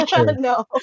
No